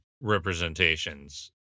representations